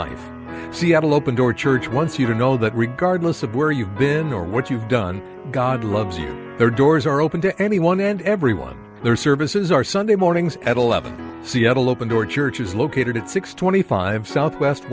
life seattle open door church once you know that regardless of where you've been or what you've done god loves you there doors are open to anyone and everyone their services are sunday mornings at eleven seattle open door church is located at six twenty five south west